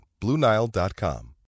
BlueNile.com